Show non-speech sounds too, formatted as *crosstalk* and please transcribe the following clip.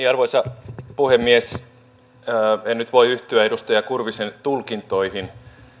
*unintelligible* arvoisa puhemies en nyt voi yhtyä edustaja kurvisen tulkintoihin